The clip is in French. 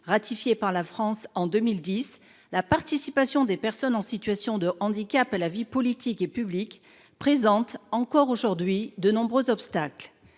ratifiée par la France en 2010, la participation des personnes en situation de handicap à la vie politique et publique fait face encore aujourd’hui à de nombreux obstacles.